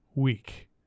week